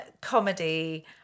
comedy